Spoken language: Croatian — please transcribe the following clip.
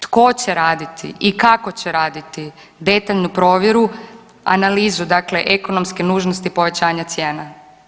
Tko će raditi i kako će raditi detaljnu provjeru, analizu dakle ekonomske nužnosti povećanja cijena?